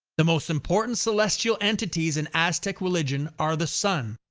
the most important celestial entities in aztec religion are the sun,